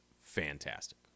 fantastic